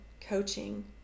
coaching